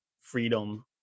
freedom